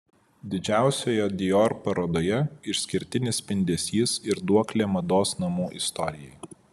didžiausioje dior parodoje išskirtinis spindesys ir duoklė mados namų istorijai